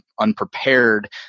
unprepared